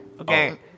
Okay